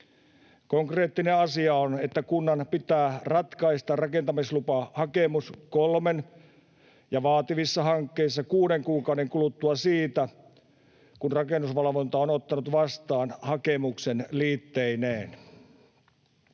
Konkreettinen asia on, että kunnan pitää ratkaista rakentamislupahakemus kolmen kuukauden kuluttua ja vaativissa hankkeissa kuuden kuukauden kuluttua siitä, kun rakennusvalvonta on ottanut vastaan hakemuksen liitteineen.